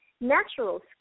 natural